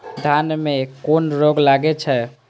धान में कुन रोग लागे छै?